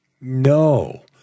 No